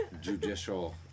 judicial